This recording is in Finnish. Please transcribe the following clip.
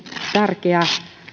tärkeä